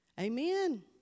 Amen